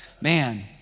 man